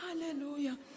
Hallelujah